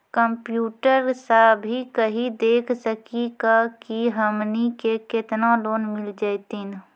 Computer सा भी कही देख सकी का की हमनी के केतना लोन मिल जैतिन?